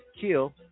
kill